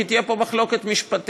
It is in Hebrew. כי תהיה פה מחלוקת משפטית,